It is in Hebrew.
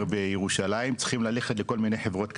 בירושלים צריכים ללכת לכל מיני חברות קדישא,